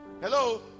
Hello